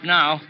now